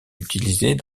utilisés